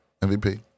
MVP